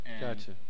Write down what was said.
Gotcha